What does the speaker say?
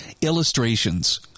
illustrations